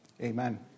Amen